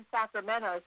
Sacramento